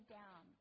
down